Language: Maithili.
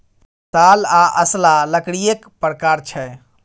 साल आ असला लकड़ीएक प्रकार छै